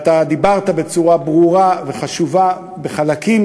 ואתה דיברת בצורה ברורה וחשובה בחלקים